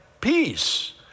peace